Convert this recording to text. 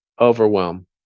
overwhelm